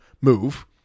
move